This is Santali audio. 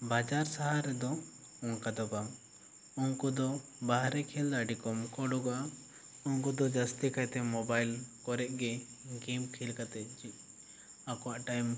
ᱵᱟᱡᱟᱨ ᱥᱟᱦᱟᱨ ᱨᱮᱫᱚ ᱚᱱᱠᱟ ᱫᱚ ᱵᱟᱝ ᱩᱱᱠᱩ ᱫᱚ ᱵᱟᱦᱨᱮ ᱠᱷᱮᱞ ᱫᱚ ᱟᱹᱰᱤ ᱠᱚᱢ ᱮᱠᱚ ᱚᱰᱚᱠᱚᱜᱼᱟ ᱩᱱᱠᱩ ᱫᱚ ᱡᱟᱹᱥᱛᱤ ᱠᱟᱭ ᱛᱮ ᱢᱚᱵᱟᱭᱤᱞ ᱠᱚᱨᱮ ᱜᱮ ᱜᱮᱢ ᱠᱷᱮᱞ ᱠᱟᱛᱮ ᱡᱤ ᱟᱠᱚᱣᱟᱜ ᱴᱟᱭᱤᱢ